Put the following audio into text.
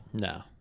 No